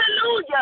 hallelujah